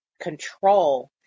control